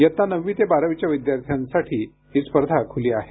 इयत्ता नववी ते बारावीच्या विद्यार्थ्यांसाठी ही स्पर्धा खुली आहे